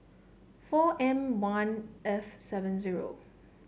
four M one F seven zero